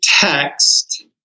text